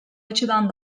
açıdan